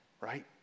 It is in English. right